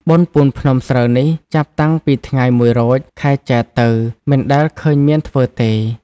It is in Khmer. បុណ្យពូនភ្នំ ស្រូវនេះ ចាប់តាំងពីថ្ងៃ ១ រោច ខែចែត្រទៅ មិនដែលឃើញមានធ្វើទេ ។